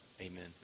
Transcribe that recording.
Amen